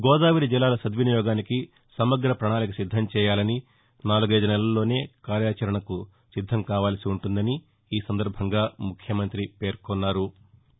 గోద ావరి జలాల సద్వినియోగానికి సమగ్ర ప్రణాళిక సిద్దం చేయాలని నాలుగయిదు నెలల్లోనే కార్యాచరణకు సిద్దం కావాల్సి ఉంటుందని ఈ సందర్బంగా ముఖ్యమంతి పేర్కొన్నారు